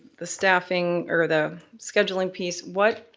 the staffing or the scheduling piece, what